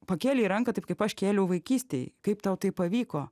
pakėlei ranką taip kaip aš kėliau vaikystėj kaip tau tai pavyko